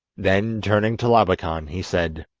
then, turning to labakan, he said